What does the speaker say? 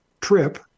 trip